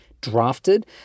drafted